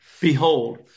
Behold